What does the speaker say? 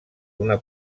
una